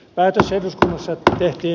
päätös eduskunnassa tehtiin